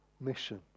mission